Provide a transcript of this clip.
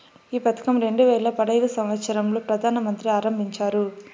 ఈ పథకం రెండు వేల పడైదు సంవచ్చరం లో ప్రధాన మంత్రి ఆరంభించారు